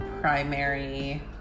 primary